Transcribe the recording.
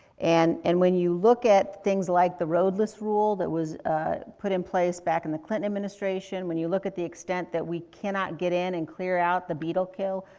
and, and when you look at things like the roadless rule that was put in place back in the clinton administration, when you look at the extent that we cannot get in and clear out the beetle kill,